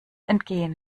entgehen